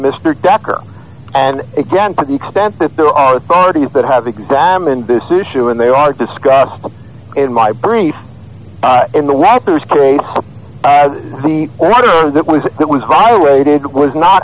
mr decker and again to the extent that there are already at that have examined this issue and they are discussed in my brief in the lab that was that was violated was not